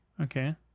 Okay